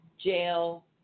jail